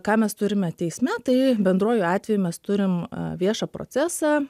ką mes turime teisme tai bendruoju atveju mes turim viešą procesą